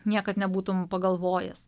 niekad nebūtum pagalvojęs